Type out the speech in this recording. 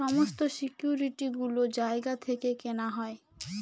সমস্ত সিকিউরিটি গুলো জায়গা থেকে কেনা হয়